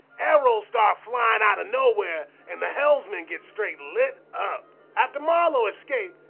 arrows start flyin outta nowhere, and the helmsman gets straight lit up. after marlow escape,